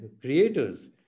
creators